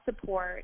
support